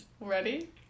Ready